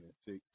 six